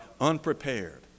unprepared